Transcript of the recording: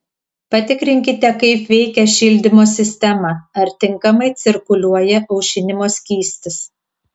patikrinkite kaip veikia šildymo sistema ar tinkamai cirkuliuoja aušinimo skystis